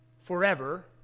forever